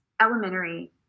elementary